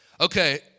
Okay